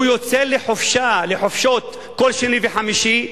הוא יוצא לחופשות כל שני וחמישי,